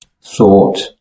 thought